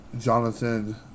Jonathan